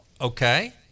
Okay